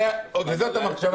וזאת המחשבה